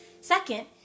Second